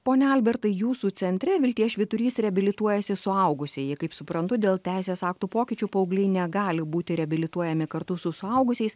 pone albertai jūsų centre vilties švyturys reabilituojasi suaugusieji kaip suprantu dėl teisės aktų pokyčių paaugliai negali būti reabilituojami kartu su suaugusiais